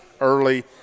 early